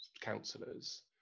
councillors